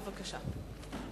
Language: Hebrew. בבקשה.